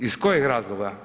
Iz kojeg razloga?